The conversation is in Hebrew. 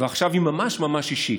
ועכשיו היא ממש ממש אישית,